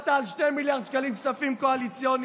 הצבעת על 2 מיליארד שקלים לכספים קואליציוניים,